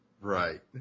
Right